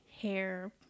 hair